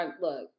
Look